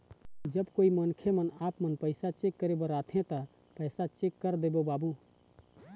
जब कोई मनखे आपमन पैसा चेक करे बर आथे ता पैसा चेक कर देबो बाबू?